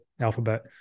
Alphabet